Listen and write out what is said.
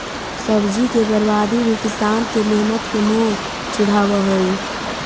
सब्जी के बर्बादी भी किसान के मेहनत के मुँह चिढ़ावऽ हइ